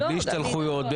בלי השתלחויות,